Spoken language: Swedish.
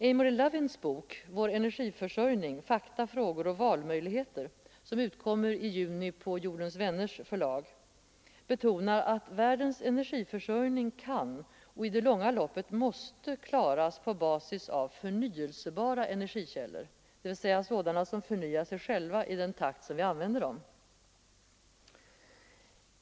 Amory Lovins bok Vår energiförsörjning, fakta, frågor och valmöjligheter, som utkommer i juni på Jordens vänners förlag, betonar att världens energiförsörjning kan och i det långa loppet måste klaras på basis av förnyelsebara energikällor, dvs. sådana som förnyar sig själva i den takt som vi använder dem.